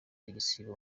igisibo